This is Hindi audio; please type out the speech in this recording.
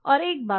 और एक और बात